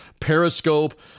Periscope